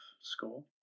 score